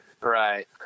Right